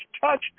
touch